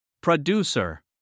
Producer